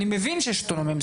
אני מבין שיש אוטונומיה מסוימת,